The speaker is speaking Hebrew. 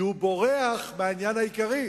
כי הוא בורח מהעניין העיקרי,